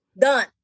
Done